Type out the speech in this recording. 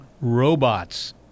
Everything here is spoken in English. robots